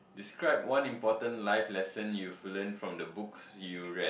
describe one important life lesson you've learn from the books you read